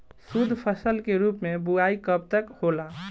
शुद्धफसल के रूप में बुआई कब तक होला?